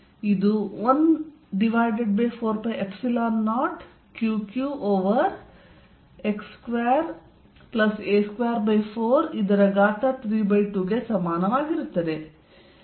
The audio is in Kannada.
ಇದು 140 Qq ಓವರ್ x2a2432ಗೆ ಸಮಾನವಾಗಿರುತ್ತದೆ